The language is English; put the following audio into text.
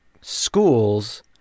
schools